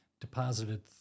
deposited